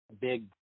big